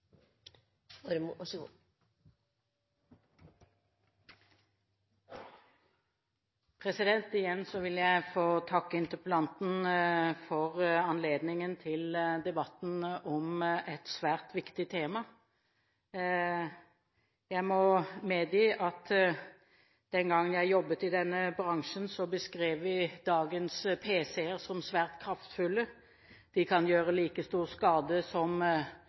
Igjen vil jeg få takke interpellanten for anledningen til debatten om et svært viktig tema. Jeg må medgi at den gangen jeg jobbet i denne bransjen, beskrev vi dagens pc-er som svært kraftfulle. De kan gjøre like stor skade som,